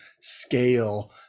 scale